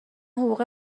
حقوق